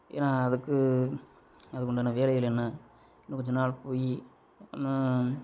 ஏன்னால் அதுக்கு அதுக்குண்டான வேலைகள் என்ன இன்னும் கொஞ்ச நாள் போய் இன்னும்